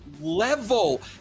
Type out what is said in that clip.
level